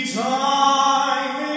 time